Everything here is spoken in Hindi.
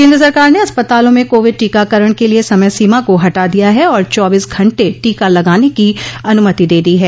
केंद्र सरकार ने अस्पतालों में कोविड टीकाकरण के लिए समय सीमा को हटा दिया है और चौबीस घंटे टीका लगाने की अनुमति दे दी है